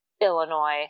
illinois